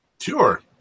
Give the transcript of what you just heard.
sure